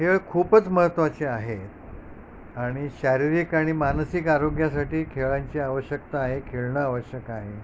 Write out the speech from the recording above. खेळ खूपच महत्वाचे आहे आणि शारीरिक आणि मानसिक आरोग्यासाठी खेळांची आवश्यकता आहे खेळणं आवश्यक आहे